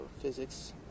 physics